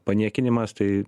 paniekinimas tai